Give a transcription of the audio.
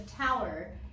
tower